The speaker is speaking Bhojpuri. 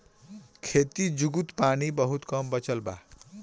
खेती जुगुत पानी बहुत कम बचल बा